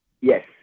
yes